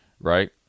right